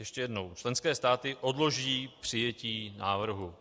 Ještě jednou: Členské státy odloží přijetí návrhu.